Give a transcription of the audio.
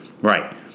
right